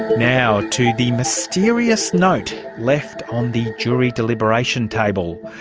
now to the mysterious note left on the jury deliberation table.